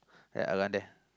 ya around there